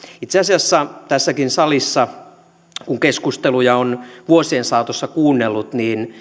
itse asiassa tässäkin salissa kun keskusteluja on vuosien saatossa kuunnellut